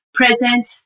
present